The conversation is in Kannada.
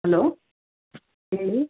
ಹಲೋ ಹೇಳಿ